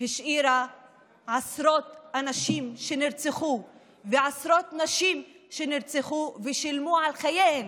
השאירה עשרות אנשים שנרצחו ועשרות נשים שנרצחו ושילמו בחייהן